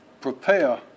prepare